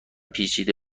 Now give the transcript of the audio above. پیچیده